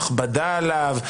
הכבדה עליו,